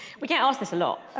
we get asked this a lot.